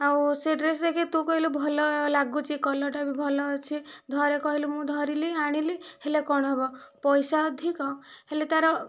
ଆଉ ସେ ଡ୍ରେସ୍ ଦେଖି ତୁ କହିଲୁ ଭଲ ଲାଗୁଛି କଲର୍ଟା ବି ଭଲ ଅଛି ଧରେ କହିଲୁ ମୁଁ ଧରିଲି ଆଣିଲି ହେଲେ କ'ଣ ହେବ ପଇସା ଅଧିକ ହେଲେ ତାର